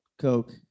Coke